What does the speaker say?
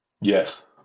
Yes